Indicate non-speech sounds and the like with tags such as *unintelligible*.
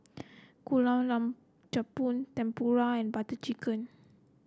Gulab *unintelligible* *unintelligible* Jamun Tempura and Butter Chicken